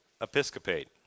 Episcopate